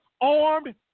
Armed